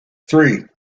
three